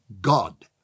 God